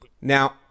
Now